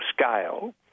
scale